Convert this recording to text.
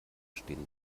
stehen